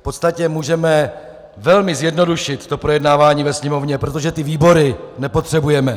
v podstatě můžeme velmi zjednodušit projednávání ve Sněmovně, protože výbory nepotřebujeme.